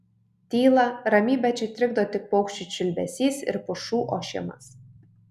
tylą ramybę čia trikdo tik paukščių čiulbesys ir pušų ošimas